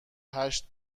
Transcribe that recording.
هشت